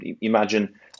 Imagine